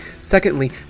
Secondly